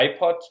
iPod